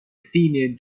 athenian